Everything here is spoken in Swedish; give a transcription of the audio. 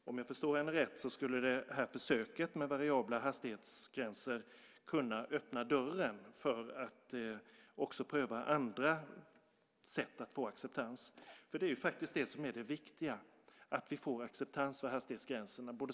Om jag förstår henne rätt skulle det här försöket med variabla hastighetsgränser kunna öppna dörren för att också pröva andra sätt att få acceptans. Det är ju faktiskt det som är det viktiga, att vi får acceptans för hastighetsgränserna.